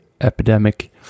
epidemic